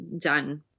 done